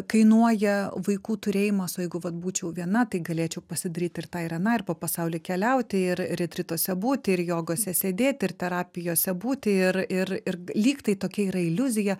kainuoja vaikų turėjimas o jeigu vat būčiau viena tai galėčiau pasidaryt ir tą ir aną ir po pasaulį keliauti ir retrituose būti ir jogose sėdėti ir terapijose būti ir ir ir lygtai tokia yra iliuzija